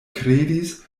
kredis